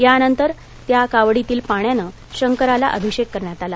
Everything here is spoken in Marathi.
यानंतर त्या कावंडीतील पाण्याने शंकराला अभिषेक करण्यात आला